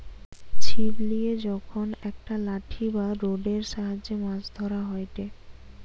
ছিপ লিয়ে যখন একটা লাঠি বা রোডের সাহায্যে মাছ ধরা হয়টে